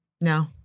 No